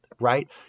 right